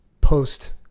post